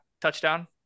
touchdown